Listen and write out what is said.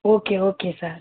okay okay sir